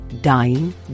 dying